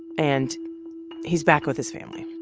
and he's back with his family.